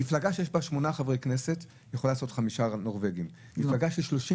מפלגה שיש בה שמונה חברי כנסת יכולה לעשות חמישה "נורבגים" -- ארבעה.